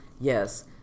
Yes